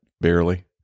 barely